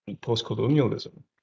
post-colonialism